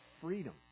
freedom